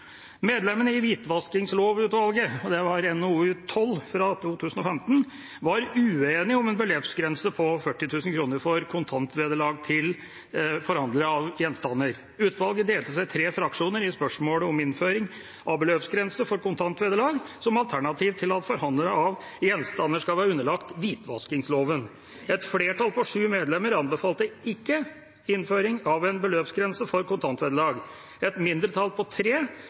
Medlemmene i Hvitvaskingslovutvalget var i NOU 2015:12 uenige om en beløpsgrense på 40 000 kr for kontantvederlag til forhandlere av gjenstander. Utvalget delte seg i tre fraksjoner i spørsmålet om innføring av beløpsgrense for kontantvederlag som alternativ til at forhandlere av gjenstander skal være underlagt hvitvaskingsloven. Et flertall på sju medlemmer anbefalte ikke innføring av en beløpsgrense for kontantvederlag. Et mindretall på tre